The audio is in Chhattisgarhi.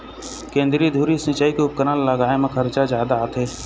केंद्रीय धुरी सिंचई के उपकरन लगाए म खरचा जादा आथे